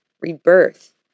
rebirth